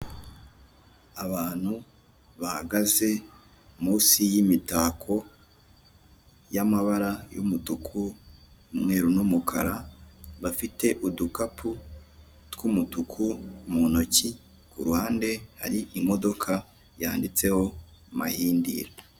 Abantu bahagaze munsi y'imitako y'amabara y'umutuku, umweru, n'umukara, bafite udukapu tw'umutuku mu ntoki, ku ruhande hari imodoka yanditseho mahindira.